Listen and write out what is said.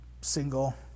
single